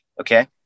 Okay